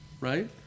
right